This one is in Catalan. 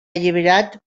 alliberat